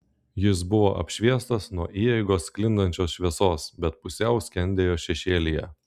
jis buvo apšviestas nuo įeigos sklindančios šviesos bet pusiau skendėjo šešėlyje